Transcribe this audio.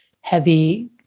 heavy